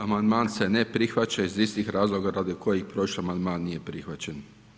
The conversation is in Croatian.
Amandman se ne prihvaća iz istih razloga radi kojih prošli amandman nije prihvaćen.